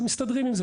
ומסתדרים עם זה.